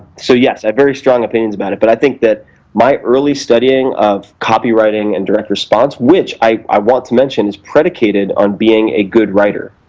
so yes, i have very strong opinions about it, but i think that my early studying of copywriting and direct-responseowhich, i want to mention, is predicated on being a good writer.